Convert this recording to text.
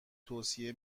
توصیه